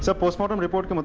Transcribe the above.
so postmortem reports.